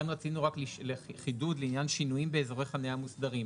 כאן רצינו חידוד לעניין חידוד באזורי חנייה מוסדרים.